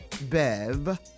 Bev